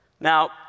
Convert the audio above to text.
Now